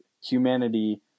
humanity